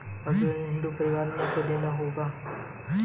अविभाजित हिंदू परिवारों को देना होगा वेल्थ टैक्स